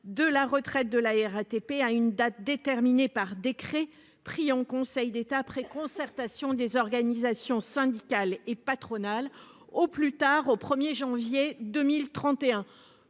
de la retraite de la RATP à une date déterminée par décret pris en Conseil d'État, après concertation des organisations syndicales et patronales au plus tard le 1 janvier 2031.